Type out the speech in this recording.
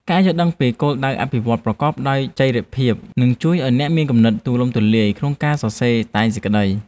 ការយល់ដឹងពីគោលដៅអភិវឌ្ឍន៍ប្រកបដោយចីរភាពនឹងជួយឱ្យអ្នកមានគំនិតទូលំទូលាយក្នុងការសរសេរតែងសេចក្តី។